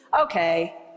Okay